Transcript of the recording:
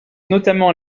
notamment